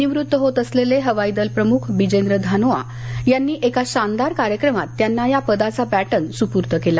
निवृत्त होत असलेले हवाईदल प्रमुख बिजेंद्र धनोआ यांनी एका शानदार कार्यक्रमांत त्यांना या पदाचा बॅटन सुपूर्त केला